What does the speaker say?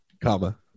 comma